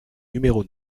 numéro